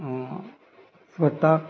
स्वताक